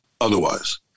otherwise